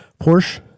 Porsche